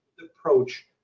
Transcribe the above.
approach